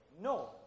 no